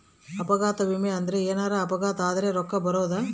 ಅಪಘಾತ ವಿಮೆ ಅಂದ್ರ ಎನಾರ ಅಪಘಾತ ಆದರ ರೂಕ್ಕ ಬರೋದು